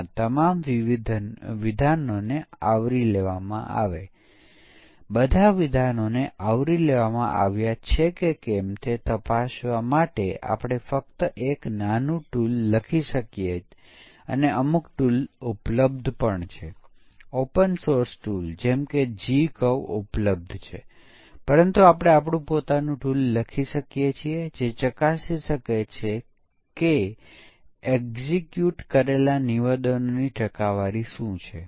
પરંતુ પછી જો આપણે સંપૂર્ણ પરીક્ષણ કરવા માંગતા હો તો તે x અને y ના તમામ સંભવિત મૂલ્યો માટે તે કાર્ય કરે છે કે નહીં તે જોવું પડે આપણે કેટલા મૂલ્યો છે તેનો વિચાર કરવો પડશે x અને y માટે ડોમેન કદ શું છે